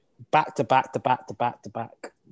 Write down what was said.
Back-to-back-to-back-to-back-to-back